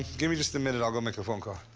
give me just a minute. i'll go make a phone call.